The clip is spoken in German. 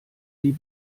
die